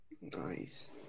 Nice